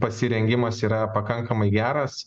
pasirengimas yra pakankamai geras